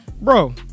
Bro